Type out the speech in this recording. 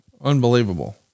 Unbelievable